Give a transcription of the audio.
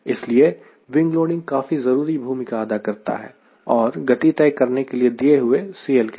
इसलिए wing loading काफी जरूरी भूमिका अदा करता है गति तय करने के लिए दिए हुए CL के लिए